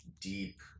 deep